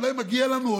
אולי מגיע לנו,